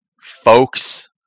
folks